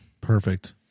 Perfect